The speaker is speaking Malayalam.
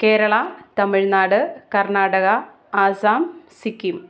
കേരളം തമിഴ്നാട് കർണാടക ആസാം സിക്കിം